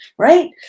right